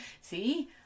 See